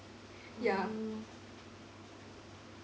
ya